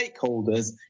stakeholders